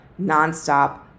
nonstop